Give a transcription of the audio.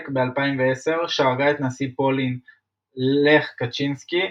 ב-2010 שהרגה את נשיא פולין לך קצ'ינסקי,